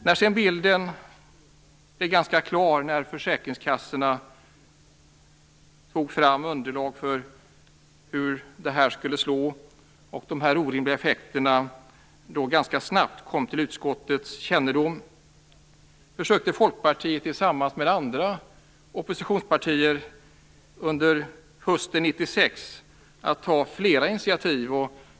När bilden blev klarare efter det att försäkringskassorna tagit fram underlag för hur de orimliga effekterna skulle slå och snabbt kommit till utskottets kännedom, försökte Folkpartiet tillsammans med andra oppositionspartier under hösten 1996 att ta flera initiativ.